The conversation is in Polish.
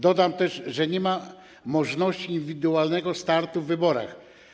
Dodam też, że nie ma możliwości indywidualnego startu w wyborach.